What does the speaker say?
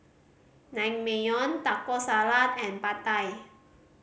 Naengmyeon Taco Salad and Pad Thai